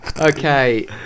Okay